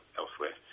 elsewhere